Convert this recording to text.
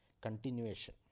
continuation